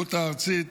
במנהיגות הארצית